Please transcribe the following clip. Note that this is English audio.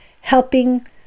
helping